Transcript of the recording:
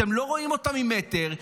אתם לא רואים אותם ממטר.